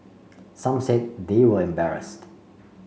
some said they were embarrassed